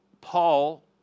Paul